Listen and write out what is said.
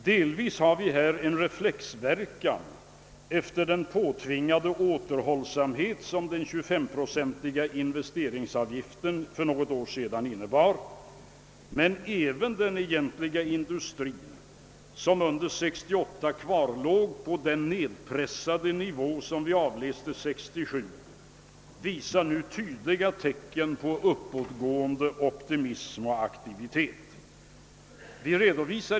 Delvis har vi här en reflexverkan efter den påtvingade återhållsamhet som den 25-procentiga investeringsavgiften för något år sedan innebar, men även den egentliga industrin, vars investeringar under 1968 låg kvar på den nedpressade nivå som kunde avläsas år 1967, visar nu tydliga tecken på uppåtgående optimism och aktivitet.